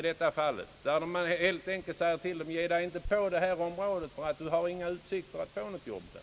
Det behöver helt enkelt sägas: Ge er inte in på det här området, eftersom det inte finns utsikter att få något jobb där!